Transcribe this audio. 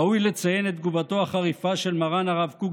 ראוי לציין את תגובתו החריפה של מרן הרב קוק